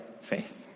faith